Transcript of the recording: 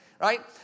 right